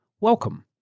welcome